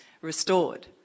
Restored